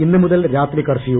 ഇന്നുമുതൽ രാത്രി കർഫ്യൂ